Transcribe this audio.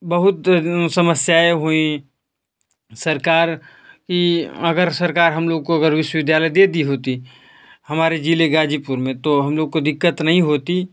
बहुत समस्याएँ हुईं सरकार की अगर सरकार हम लोग को अगर विश्वविद्यालय दे दी होती हमारे ज़िले ग़ाज़ीपुर में तो हम लोग को दिक़्क़त नहीं होती